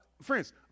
Friends